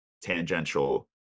tangential